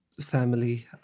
family